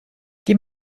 die